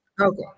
okay